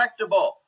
correctable